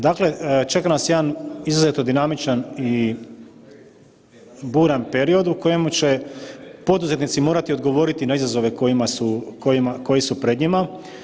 Dakle, čeka nas jedan izuzetno dinamičan i buran period u kojemu će poduzetnici morati odgovoriti na izazove koji su pred njima.